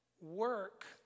work